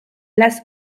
less